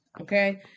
Okay